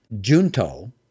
Junto